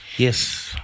Yes